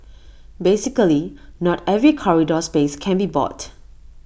basically not every corridor space can be bought